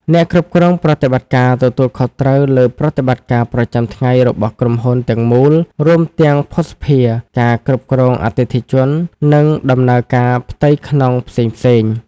អ្នកគ្រប់គ្រងប្រតិបត្តិការ ទទួលខុសត្រូវលើប្រតិបត្តិការប្រចាំថ្ងៃរបស់ក្រុមហ៊ុនទាំងមូល រួមទាំងភស្តុភារ ការគ្រប់គ្រងអតិថិជន និងដំណើរការផ្ទៃក្នុងផ្សេងៗ។